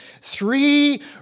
three